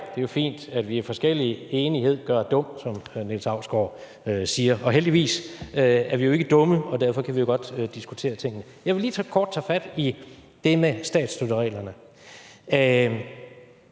Det er jo fint, at vi er forskellige; enighed gør dum, som Niels Hausgaard siger. Heldigvis er vi ikke dumme, og derfor kan vi jo godt diskutere tingene. Jeg vil lige kort tage fat i det med statsstøttereglerne og